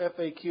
FAQ